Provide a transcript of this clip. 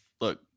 Look